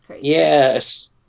Yes